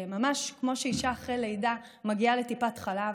ממש כמו שאישה אחרי לידה מגיעה לטיפת חלב,